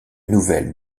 nouvelle